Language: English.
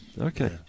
okay